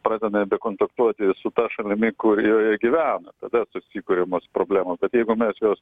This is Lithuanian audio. pradeda bekontaktuoti su ta šalimi kurioje gyvena tada įkuriamos problemos bet jeigu mes juos